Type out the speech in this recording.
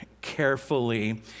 carefully